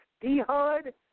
D-Hud